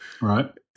Right